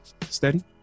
steady